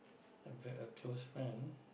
a close friend